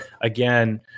Again